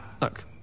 Look